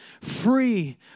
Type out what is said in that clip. free